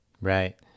Right